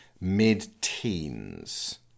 mid-teens